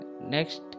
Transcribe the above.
next